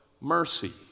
mercy